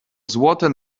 złote